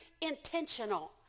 intentional